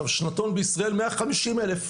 שנתון בישראל הוא 150,000,